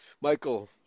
Michael